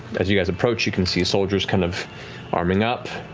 as you guys approach, you can see soldiers kind of arming up,